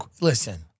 Listen